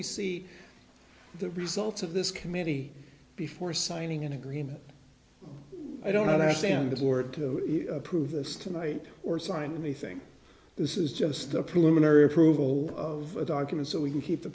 we see the results of this committee before signing an agreement i don't understand the board to approve this tonight or sign anything this is just the preliminary approval of documents so we can keep the